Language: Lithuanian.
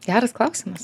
geras klausimas